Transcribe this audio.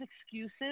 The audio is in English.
excuses